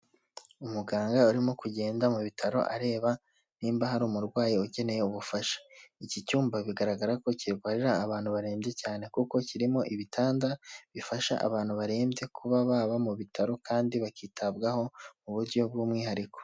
Umuganga urimo kugenda mu bitaro areba nimba hari umurwayi ukeneye ubufasha, iki cyumba bigaragara ko kirwarira abantu barembye cyane kuko kirimo ibitanda bifasha abantu barembye kuba baba mu bitaro kandi bakitabwaho mu buryo bw'umwihariko.